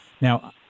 Now